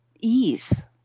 ease